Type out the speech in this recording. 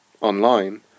online